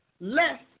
less